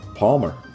Palmer